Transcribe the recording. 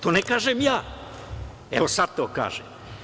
To ne kažem ja, evo sad to kažem.